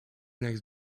next